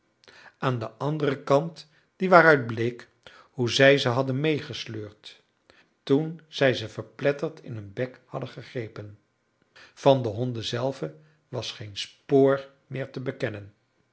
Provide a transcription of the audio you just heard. aan den anderen kant die waaruit bleek hoe zij ze hadden meegesleurd toen zij ze verpletterd in hun bek hadden gegrepen van de honden zelven was geen spoor meer te bekennen